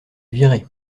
viré